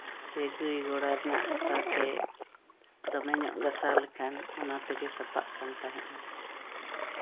ᱥᱮ ᱜᱟᱹᱭ ᱜᱚᱲᱟ ᱨᱮᱱᱟᱜ ᱦᱟᱥᱟ ᱛᱮ ᱫᱚᱢᱮ ᱧᱚᱜ ᱜᱟᱥᱟᱣ ᱞᱮᱠᱷᱟᱱ ᱚᱱᱟ ᱛᱮᱜᱮ ᱥᱟᱯᱷᱟᱜ ᱠᱟᱱ ᱛᱟᱦᱮᱸᱫᱼᱟ